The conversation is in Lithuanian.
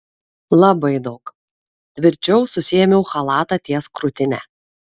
labai daug tvirčiau susiėmiau chalatą ties krūtine